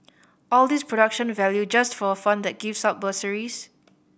all this production value just for a fund that gives out bursaries